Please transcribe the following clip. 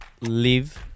Live